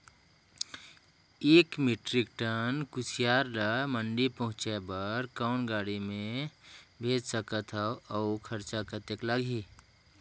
एक metric tonne कुसियार ल मंडी पहुंचाय बर कौन गाड़ी मे भेज सकत हव अउ खरचा कतेक लगही?